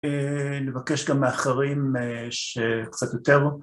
נבקש גם מאחרים שקצת יותר